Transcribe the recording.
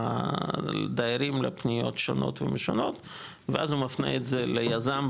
הדיירים לפניות שונות ומשונות ואז הוא מפנה את זה ליזם,